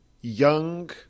young